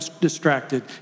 distracted